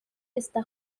está